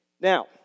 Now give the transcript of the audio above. Now